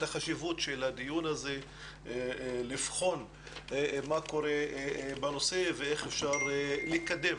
החשיבות של הדיון הזה לבחון מה קורה בנושא ואיך אפשר לקדם